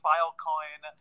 Filecoin